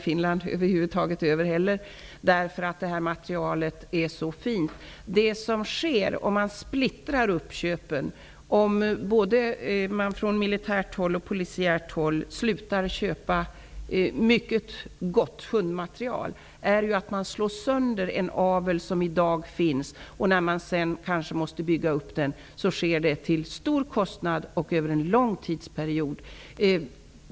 För närvarande har man ju inga pengar över i Finland heller. Om man splittrar uppköpen och både från militärt och polisiärt håll slutar att köpa mycket gott hundmaterial slås den avel som finns i dag sönder. När den sedan måste byggas upp igen sker det till stor kostnad och över en lång tidsperiod.